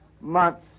months